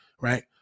right